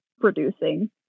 producing